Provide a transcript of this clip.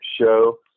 show